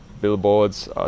billboards